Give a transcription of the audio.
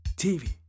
TV